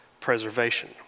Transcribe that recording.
preservation